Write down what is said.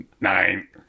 Nine